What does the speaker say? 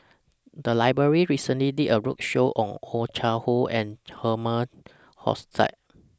The Library recently did A roadshow on Oh Chai Hoo and Herman Hochstadt